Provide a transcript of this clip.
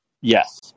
Yes